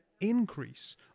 increase